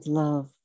love